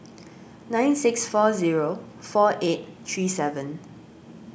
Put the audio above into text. nine six four zero four eight three seven